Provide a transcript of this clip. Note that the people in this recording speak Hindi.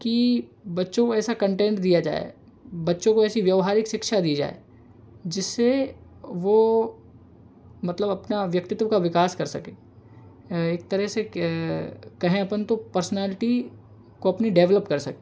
कि बच्चों को ऐसा कंटेंट दिया जाए बच्चों को ऐसी व्यावहारिक शिक्षा दी जाए जिससे वो मतलब अपना व्यक्तित्व का विकास कर सकें एक तरह से क कहें अपन तो पर्सनैलिटी को अपनी डेवलप कर सकें